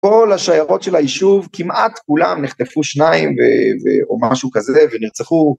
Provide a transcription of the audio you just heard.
כל השיירות של היישוב כמעט כולם נחטפו שניים או משהו כזה ונרצחו